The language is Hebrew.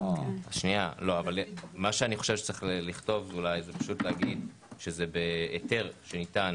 אני חושב שצריך לכתוב שזה בהיתר שניתן